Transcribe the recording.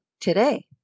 today